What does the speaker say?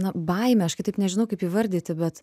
na baimę aš kitaip nežinau kaip įvardyti bet